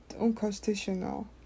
unconstitutional